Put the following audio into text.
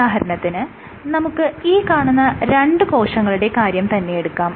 ഉദാഹരണത്തിന് നമുക്ക് ഈ കാണുന്ന രണ്ട് കോശങ്ങളുടെ കാര്യം തന്നെയെടുക്കാം